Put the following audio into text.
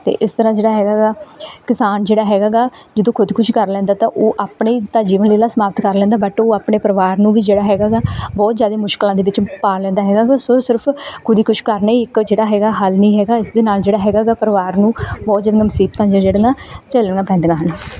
ਅਤੇ ਇਸ ਤਰ੍ਹਾਂ ਜਿਹੜਾ ਹੈਗਾ ਗਾ ਕਿਸਾਨ ਜਿਹੜਾ ਹੈਗਾ ਗਾ ਜਦੋਂ ਖ਼ੁਦਕੁਸ਼ੀ ਕਰ ਲੈਂਦਾ ਤਾਂ ਉਹ ਆਪਣੀ ਤਾਂ ਜੀਵਨ ਲੀਲਾ ਸਮਾਪਤ ਕਰ ਲੈਂਦਾ ਬੱਟ ਉਹ ਆਪਣੇ ਪਰਿਵਾਰ ਨੂੰ ਵੀ ਜਿਹੜਾ ਹੈਗਾ ਗਾ ਬਹੁਤ ਜ਼ਿਆਦਾ ਮੁਸ਼ਕਿਲਾਂ ਦੇ ਵਿੱਚ ਪਾ ਲੈਂਦਾ ਹੈਗਾ ਗਾ ਸੋ ਸਿਰਫ਼ ਖ਼ੁਦਕੁਸ਼ੀ ਕਰਨਾ ਹੀ ਇੱਕ ਜਿਹੜਾ ਹੈਗਾ ਹੱਲ ਨਹੀਂ ਹੈਗਾ ਇਸਦੇ ਨਾਲ ਜਿਹੜਾ ਹੈਗਾ ਗਾ ਪਰਿਵਾਰ ਨੂੰ ਬਹੁਤ ਜ਼ਿਆਦੀਆਂ ਮੁਸੀਬਤਾਂ ਜ ਜਿਹੜੀਆਂ ਝੱਲਣੀਆਂ ਪੈਂਦੀਆਂ ਹਨ